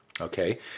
Okay